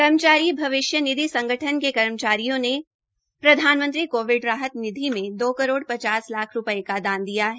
कर्मचारी भविष्य निधि संग्ठन के कर्मचारियों ने प्रधानमंत्री कोविड राहत निधि में दो करोड पचास लाख रूपये का दान दिया है